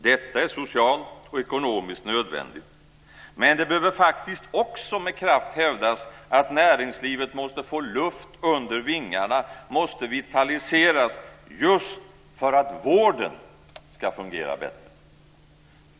Detta är socialt och ekonomiskt nödvändigt. Men det behöver faktiskt också med kraft hävdas att näringslivet måste få luft under vingarna, måste vitaliseras för att just vården ska fungera bättre.